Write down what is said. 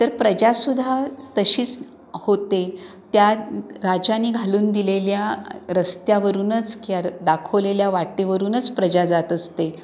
तर प्रजासुद्धा तशीच होते त्या राजाने घालून दिलेल्या रस्त्यावरूनच की दाखवलेल्या वाटेवरूनच प्रजा जात असते